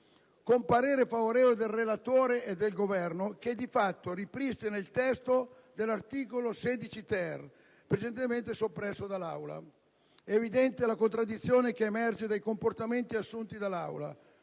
con parere favorevole del relatore e del Governo, che di fatto ripristina il testo dell'articolo 16*-ter*, precedentemente soppresso dall'Aula. È evidente la contraddizione che emerge dai comportamenti assunti dall'Assemblea.